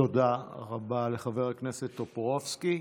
תודה רבה לחבר הכנסת טופורובסקי.